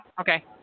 Okay